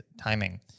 timing